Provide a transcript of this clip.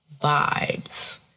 vibes